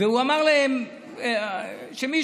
והוא אמר להם: מי